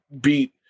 beat